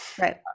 right